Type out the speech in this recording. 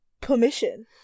permission